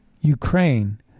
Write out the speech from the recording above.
Ukraine